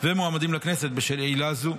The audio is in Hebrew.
ומועמדים לכנסת בשל עילה זו.